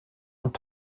und